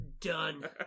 done